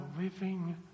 living